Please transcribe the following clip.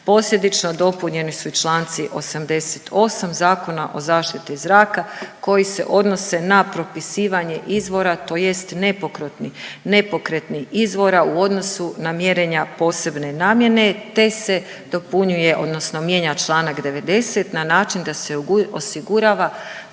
Posljedično dopunjeni su i čl. 88 Zakona o zaštiti zraka koji se odnose na propisivanje izvora tj. nepokretnih izvora u odnosu na mjerenja posebne namjene te se dopunjuje odnosno mijenja čl. 90 na način da se osigurava